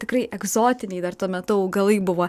tikrai egzotiniai dar tuo metu augalai buvo